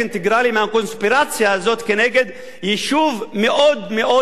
הקונספירציה הזאת כנגד יישוב מאוד מאוד חלש,